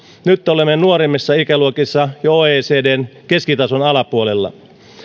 nyt olemme nuoremmissa ikäluokissa jo oecdn keskitason alapuolella